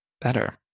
better